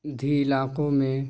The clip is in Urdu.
دیہی علاقوں میں